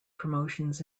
promotions